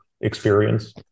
experience